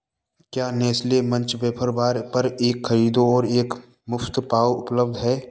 क्या Nestle Munch wafer bar पर एक खरीदो और एक मुफ़्त पाओ उपलब्ध है